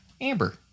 Amber